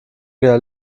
der